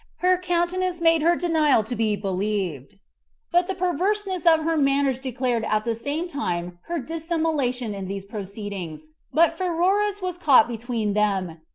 her countenance made her denial to be believed but the peverseness of her manners declared at the same time her dissimulation in these proceedings but pheroras was caught between them,